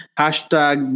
hashtag